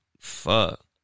fuck